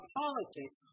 politics